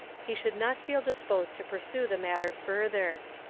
he should not feel dbposed to pursue the matter further.